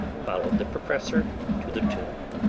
followed the professor to the tomb.